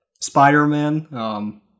Spider-Man